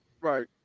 Right